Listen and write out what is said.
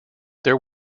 there